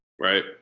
right